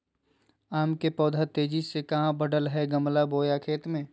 आम के पौधा तेजी से कहा बढ़य हैय गमला बोया खेत मे?